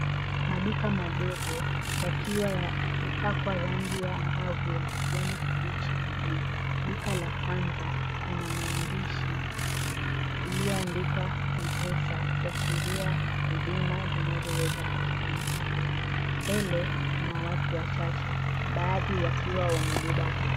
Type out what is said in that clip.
Maduka madogo yakiwa yamepakwa rangi angavu ya kijani kibichi na bluu. Duka la kwanza lina maandishi iliyoandikwa Mpesa ikiashiria huduma zinazoweza kupatikana hapo. Mbele kuna watu wachache, baadhi wakiwa wamebeba.